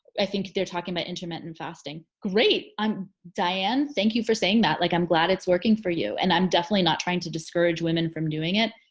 i think they're talking about intermittent fasting. great, diane, thank you for saying that. like, i'm glad it's working for you. and i'm definitely not trying to discourage women from doing it.